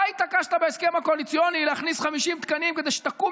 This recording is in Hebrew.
אתה התעקשת בהסכם הקואליציוני להכניס 50 תקנים כדי שתקום